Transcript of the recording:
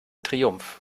triumph